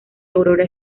aurora